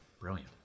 Brilliant